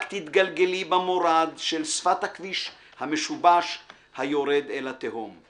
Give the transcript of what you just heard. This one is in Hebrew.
תתגלגלי במורד/ של שפת הכביש המשובש/ היורד אל התהום//